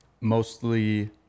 Mostly